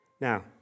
Now